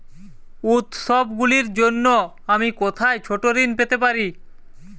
উত্সবগুলির জন্য আমি কোথায় ছোট ঋণ পেতে পারি?